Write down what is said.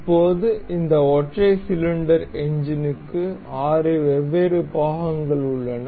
இப்போது இந்த ஒற்றை சிலிண்டர் எஞ்சினுக்கு 6 வெவ்வேறு பாகங்கள் உள்ளன